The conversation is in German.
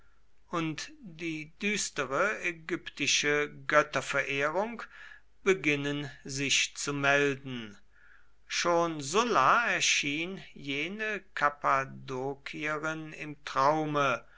und die düstere ägyptische götterverehrung beginnen sich zu melden schon sulla erschien jene kappadokierin im traume